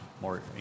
more